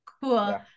Cool